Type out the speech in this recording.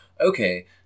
Okay